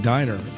Diner